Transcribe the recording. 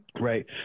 Right